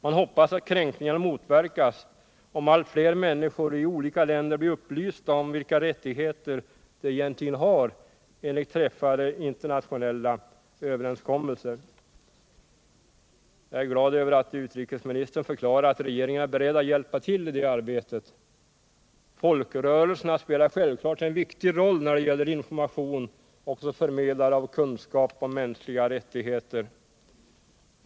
Man hoppas att kränkningarna motverkas om allt fler människor i olika länder blir upplysta om vilka rättigheter de egentligen har enligt träffade internationella överenskommelser. Jag är glad över att utrikesministern förklarar att regeringen är beredd att hjälpa till i det arbetet. Folkrörelserna spelar självfallet en viktig roll när det gäller information och som förmedlare av kunskap om mänskliga rättigheter.